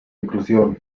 inclusión